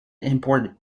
imported